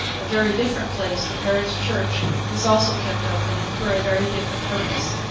a very different place, the parish church, was also kept open, and for a very different purpose.